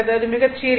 அது மிகச் சிறியது